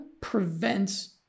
prevents